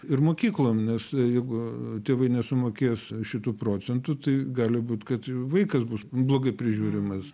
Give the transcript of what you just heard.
ir mokyklom nes jeigu tėvai nesumokės šitų procentų tai gali būt kad vaikas bus blogai prižiūrimas